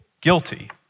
guilty